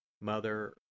Mother